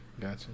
Gotcha